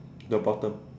the bottom